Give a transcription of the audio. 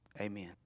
Amen